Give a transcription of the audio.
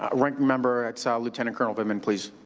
ah ranking member, it's ah lieutenant colonel vindman, please.